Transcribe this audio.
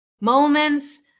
moments